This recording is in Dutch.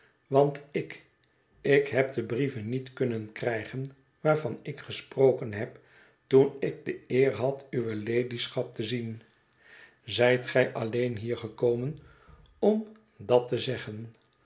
want ik ik heb de brieven niet kunnen krijgen waarvan ik gesproken heb toen ik de eer had uwe ladyschap te zien zljt gij alleen hier gekomen om dat te zeggen